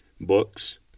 books